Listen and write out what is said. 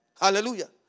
Hallelujah